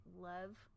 love